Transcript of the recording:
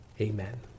Amen